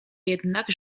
jednak